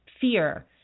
fear